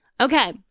Okay